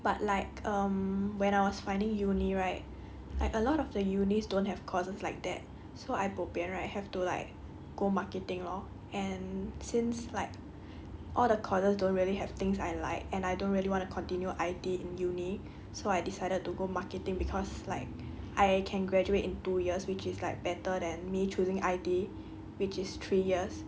but like um when I was finding uni right like a lot of the unis don't have courses like that so I bo pian right have to like go marketing lor and since like all the courses don't really have things I like and I don't really want to continue I_T in uni so I decided to go marketing because like I can graduate in two years which is like better than me choosing I_T which is three years